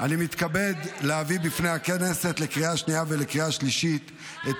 אני מתכבד להביא בפני הכנסת לקריאה השנייה ולקריאה השלישית את